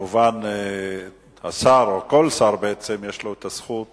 כמובן, השר, או כל שר, בעצם, יש לו הזכות להגיב,